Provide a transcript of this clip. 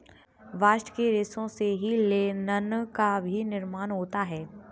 bast के रेशों से ही लिनन का भी निर्माण होता है